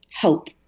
hope